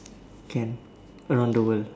can around the world